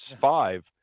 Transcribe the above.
five